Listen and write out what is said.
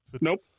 nope